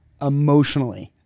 emotionally